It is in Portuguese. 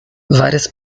várias